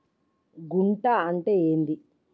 గుంట అంటే ఏంది?